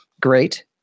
great